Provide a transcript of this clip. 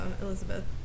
Elizabeth